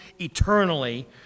eternally